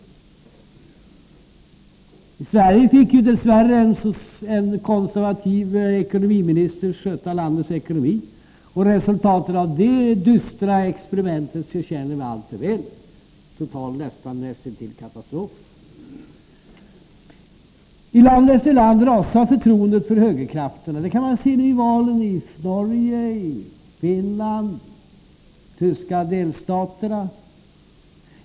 I Sverige fick dess värre en konservativ ekonomiminister sköta landets ekonomi, och resultatet av det dystra experimentet känner vi alltför väl: nästintill total katastrof. Tland efter land rasar förtroendet för högerkrafterna. Det kan man nu se i valen i Norge, Finland och de tyska delstaterna.